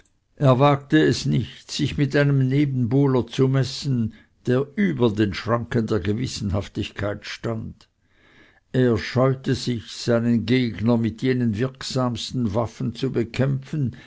er wagte es nicht sich mit einem nebenbuhler zu messen der über den schranken der gewissenhaftigkeit stand er scheute sich seinen gegner mit jenen wirksamsten waffen zu bekämpfen